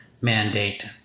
mandate